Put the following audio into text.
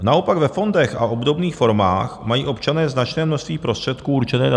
Naopak ve fondech a obdobných formách mají občané značné množství prostředků určené na důchody.